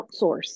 outsource